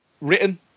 written